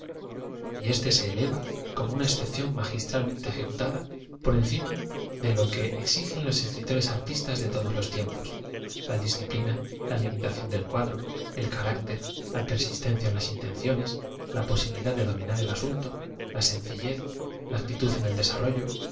y éste se eleva como una excepción magistralm ente ejecutada por encima de lo que exigen los escritores artistas de todos los tiempos la d is ciplina la limitación del cuadro el carácter la p e r sistencia en las intenciones la posibilidad de dominar el asunto la sencillez la actitud en el desarrollo